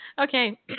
Okay